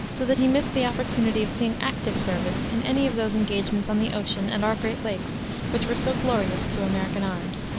so that he missed the opportunity of seeing active service in any of those engagements on the ocean and our great lakes which were so glorious to american arms.